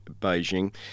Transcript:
Beijing